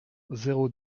zéro